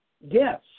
yes